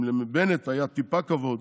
אם לבנט הייתה טיפה כבוד,